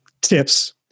tips